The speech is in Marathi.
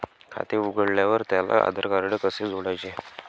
खाते उघडल्यावर त्याला आधारकार्ड कसे जोडायचे?